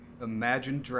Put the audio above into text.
Imagine